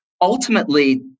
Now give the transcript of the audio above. Ultimately